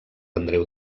andreu